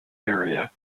area